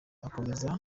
akomeza